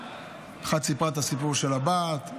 את הסיפור של הבת,